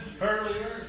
earlier